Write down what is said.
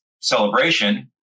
celebration